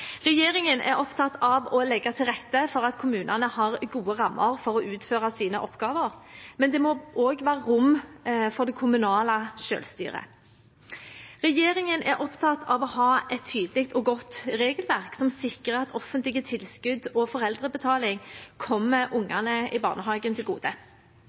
Regjeringen er opptatt av å legge til rette for at kommunene har gode rammer for å utføre sine oppgaver, men det må også være rom for det kommunale selvstyret. Regjeringen er opptatt av å ha et tydelig og godt regelverk som sikrer at offentlige tilskudd og foreldrebetaling kommer ungene i barnehagen til gode.